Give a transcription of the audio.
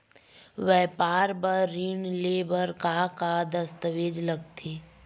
व्यापार बर ऋण ले बर का का दस्तावेज लगथे?